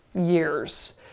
years